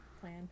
plan